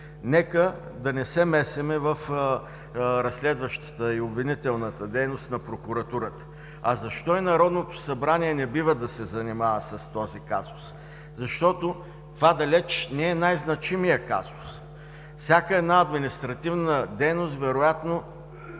Нека да не се месим във разследващата и обвинителната дейност на прокуратурата. Защо Народното събрание не бива да се занимава с този казус? Защото това далеч не е най-значимият казус. Всяка административна дейност вероятно